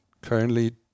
currently